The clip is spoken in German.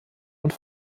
und